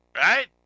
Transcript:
Right